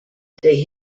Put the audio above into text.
they